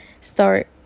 start